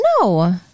No